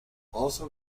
also